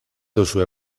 duzue